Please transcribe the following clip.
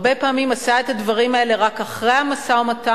הרבה פעמים עשה את הדברים האלה רק אחרי המשא-ומתן.